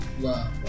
Wow